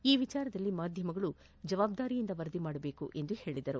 ಈ ವಿಚಾರದಲ್ಲಿ ಮಾಧ್ಯಮಗಳು ಜವಾಬ್ದಾರಿಯಿಂದ ವರದಿ ಮಾಡಬೇಕು ಎಂದು ಹೇಳದರು